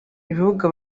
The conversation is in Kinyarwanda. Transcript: ibibuga